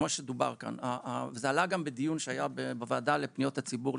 כמו שדובר כאן וזה עלה גם בדיון שהיה בוועדה לפניות הציבור,